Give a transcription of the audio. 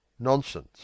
Nonsense